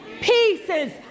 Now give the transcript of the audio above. pieces